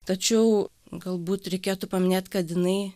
tačiau galbūt reikėtų paminėt kad jinai